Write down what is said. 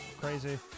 Crazy